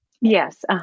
Yes